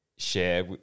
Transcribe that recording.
share